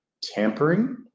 tampering